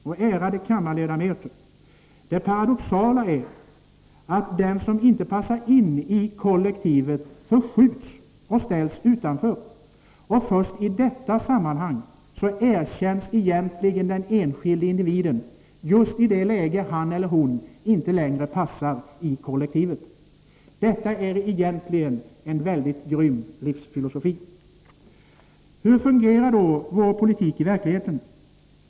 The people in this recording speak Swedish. Och — ärade kammarledamöter — det paradoxala är att den som inte passar in i kollektivet förskjuts och ställs utanför. Först i detta sammanhang erkänns egentligen den enskilde individen, just i det läge då han eller hon inte passar in i kollektivet. Detta är egentligen en väldigt grym livsfilosofi. Hur fungerar då vår politik i verkligheten?